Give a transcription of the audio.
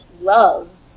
love